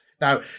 Now